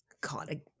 God